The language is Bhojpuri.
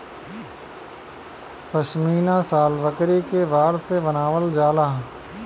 पश्मीना शाल बकरी के बार से बनावल जाला